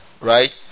right